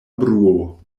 bruo